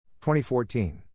2014